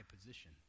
position